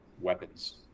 Weapons